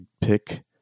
pick